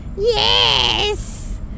Yes